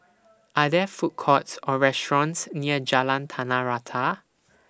Are There Food Courts Or restaurants near Jalan Tanah Rata